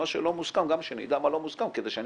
מה שלא מוסכם גם שנדע מה לא מוסכם כדי שאני